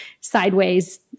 sideways